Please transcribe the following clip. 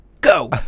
Go